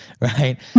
right